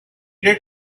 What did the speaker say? did